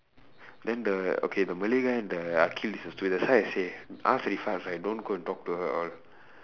then the okay the malay guy and the akhil is that's why I say ask right don't go and talk to her all